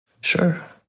Sure